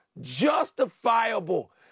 Justifiable